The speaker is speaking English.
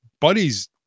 buddies